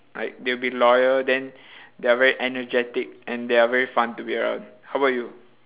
like they will be loyal then they are very energetic and they are very fun to be around how about you